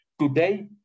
today